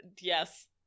yes